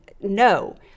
no